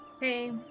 Hey